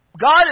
God